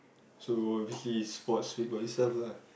so this is what speak for itself lah